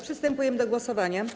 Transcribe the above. Przystępujemy do głosowania.